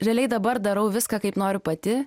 realiai dabar darau viską kaip noriu pati